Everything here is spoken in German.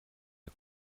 der